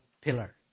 pillar